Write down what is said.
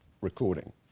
recording